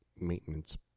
maintenance